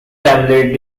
family